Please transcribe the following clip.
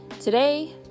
today